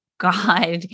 God